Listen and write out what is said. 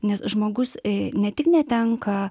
nes žmogus ne tik netenka